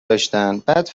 داشتن، بعد